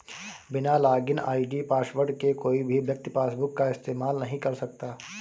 बिना login ID password के कोई भी व्यक्ति फेसबुक का इस्तेमाल नहीं कर सकता